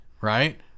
right